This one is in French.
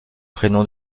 prénom